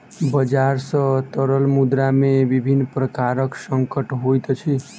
बजार सॅ तरल मुद्रा में विभिन्न प्रकारक संकट होइत अछि